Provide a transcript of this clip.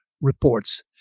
reports